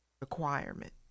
requirement